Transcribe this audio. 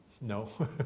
No